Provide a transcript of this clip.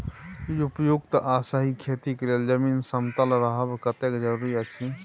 उपयुक्त आ सही खेती के लेल जमीन समतल रहब कतेक जरूरी अछि?